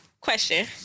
question